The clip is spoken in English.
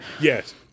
Yes